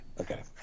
Okay